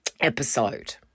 episode